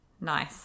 Nice